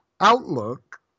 outlook